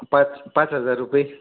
पाच पाच हजार रुपये